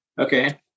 Okay